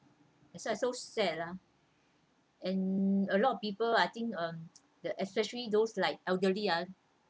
that's why I'm so sad ah and a lot of people I think uh the especially those like elderly ah